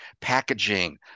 packaging